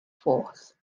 force